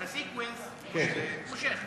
ה- sequenceמושך.